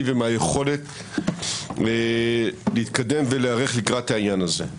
ומהיכולת להתקדם ולהיערך לקראת העניין הזה.